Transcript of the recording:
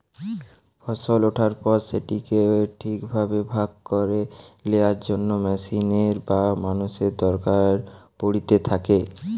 ফসল ওঠার পর সেটিকে ঠিক ভাবে ভাগ করে লেয়ার জন্য মেশিনের বা মানুষের দরকার পড়িতে থাকে